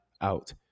out